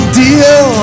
deal